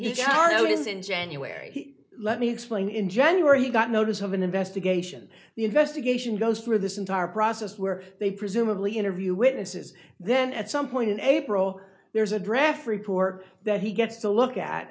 you know it is in january let me explain in january he got notice of an investigation the investigation goes through this entire process where they presumably interview witnesses then at some point in april there is a draft report that he gets to look at